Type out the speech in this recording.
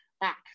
back